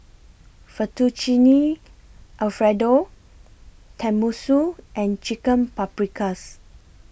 Fettuccine Alfredo Tenmusu and Chicken Paprikas